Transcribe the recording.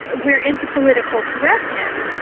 we're into political correctness,